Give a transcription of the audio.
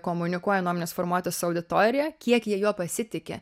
komunikuoja nuomonės formuotojas su savo auditorija kiek jie juo pasitiki